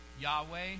Yahweh